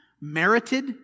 Merited